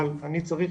אבל אני צריך,